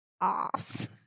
ass